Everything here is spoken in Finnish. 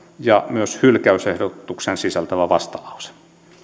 ja myös hylkäysehdotuksen sisältävä vastalause